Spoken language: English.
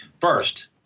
first